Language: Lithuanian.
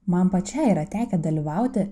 man pačiai yra tekę dalyvauti